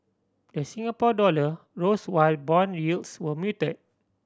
the Singapore dollar rose while bond yields were muted